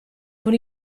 con